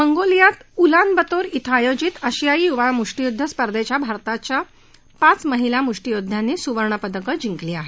मंगोलियात उलानबतोर ब्रें आयोजित आशियाई युवा मुष्टीयुद्ध् स्पर्धेत भारताच्या पाच महिला मुष्टियोद्धयांनी सुवर्णपदकं जिंकली आहेत